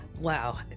wow